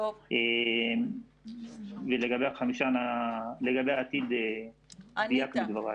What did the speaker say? ולגבי העתיד דייקת בדברייך.